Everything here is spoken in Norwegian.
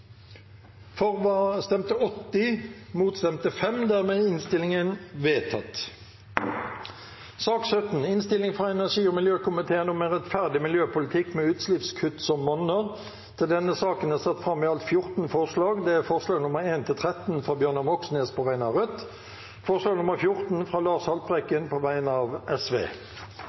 for et internasjonalt oljemoratorium i Arktis.» Rødt har varslet støtte til forslagene. Under debatten er det satt fram i alt 14 forslag. Det er forslagene nr. 1–13, fra Bjørnar Moxnes på vegne av Rødt forslag nr. 14, fra Lars Haltbrekken på vegne av